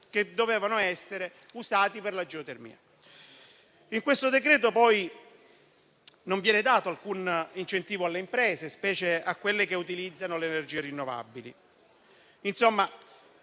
e le aree da usare per la geotermia. In questo decreto poi non viene dato alcun incentivo alle imprese, specie a quelle che utilizzano le energie rinnovabili.